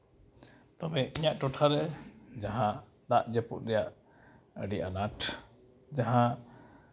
ᱛᱚᱵᱮ ᱤᱧᱟᱹᱜ ᱴᱚᱴᱷᱟᱨᱮ ᱡᱟᱦᱟᱸ ᱫᱟᱜ ᱡᱟᱹᱯᱩᱫ ᱨᱮᱭᱟᱜ ᱟᱹᱰᱤ ᱟᱱᱟᱴ ᱡᱟᱦᱟᱸ